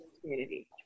community